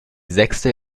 sechste